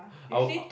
I'll